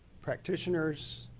practitioners,